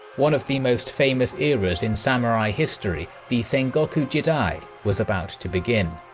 one of the most famous eras in samurai history, the sengoku jidai, was about to begin.